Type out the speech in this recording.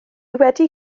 wedi